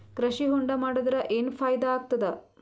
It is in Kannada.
ಕೃಷಿ ಹೊಂಡಾ ಮಾಡದರ ಏನ್ ಫಾಯಿದಾ ಆಗತದ?